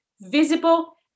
visible